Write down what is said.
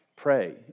pray